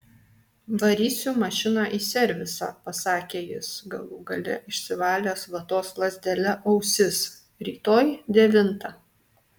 varysiu mašiną į servisą pasakė jis galų gale išsivalęs vatos lazdele ausis rytoj devintą